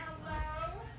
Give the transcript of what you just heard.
hello